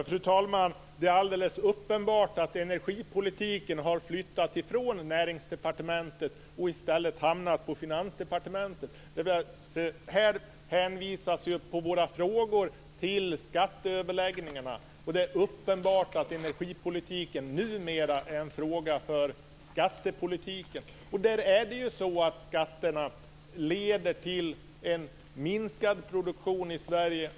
Fru talman! Det är alldeles uppenbart att energipolitiken har flyttats ifrån Näringsdepartementet och i stället hamnat på Finansdepartementet. Som svar på våra frågor hänvisas till skatteöverläggningarna. Det är tydligt att energipolitiken numera ingår i skattepolitiken. Skatterna leder till en minskad produktion i Sverige.